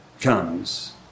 comes